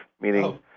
meaning